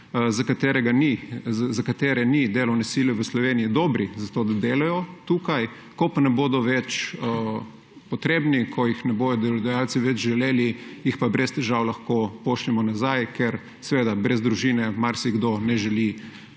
za katerega ni delovne sile v Sloveniji, dobri za to, da delajo tukaj, ko pa ne bodo več potrebni, ko jih ne bodo delodajalci več želeli, jih pa brez težav lahko pošljemo nazaj, ker seveda brez družine marsikdo ne želi